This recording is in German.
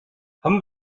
haben